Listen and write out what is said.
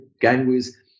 gangways